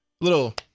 little